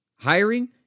Hiring